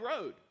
road